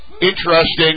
interesting